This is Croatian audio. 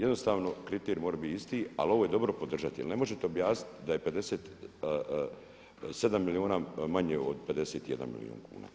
Jednostavno kriteriji moraju biti isti, ali ovo je dobro podržati jel ne možete objasniti da je 57 milijuna manje od 51 milijun kuna.